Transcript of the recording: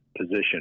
position